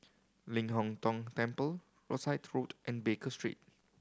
Ling Hong Tong Temple Rosyth Road and Baker Street